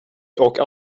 och